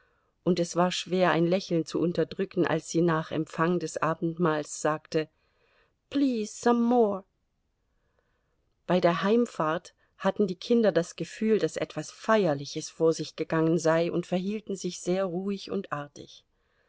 und es war schwer ein lächeln zu unterdrücken als sie nach empfang des abendmahls sagte please some more bei der heimfahrt hatten die kinder das gefühl daß etwas feierliches vor sich gegangen sei und verhielten sich sehr ruhig und artig